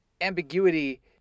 ambiguity